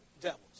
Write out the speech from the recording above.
devils